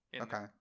Okay